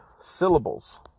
syllables